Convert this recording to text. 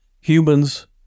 humans